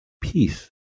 peace